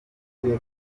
muhire